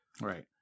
Right